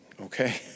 okay